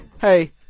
hey